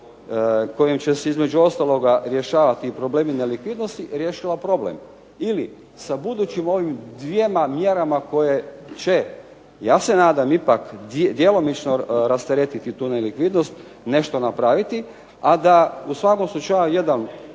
kojim će se između ostaloga rješavati problemi nelikvidnosti riješila problem. Ili sa budućim ovim dvjema mjerama koje će, ja se nadam ipak djelomično rasteretiti tu nelikvidnost nešto napraviti, a da u svakom slučaju jedan